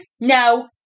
no